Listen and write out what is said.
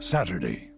Saturday